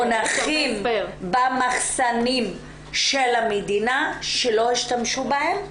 מונחים במחסנים של המדינה שלא השתמשו בהם,